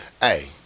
hey